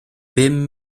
bum